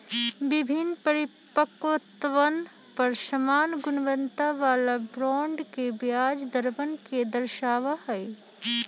विभिन्न परिपक्वतवन पर समान गुणवत्ता वाला बॉन्ड के ब्याज दरवन के दर्शावा हई